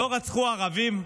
לא רצחו ערבים?